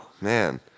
man